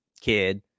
kid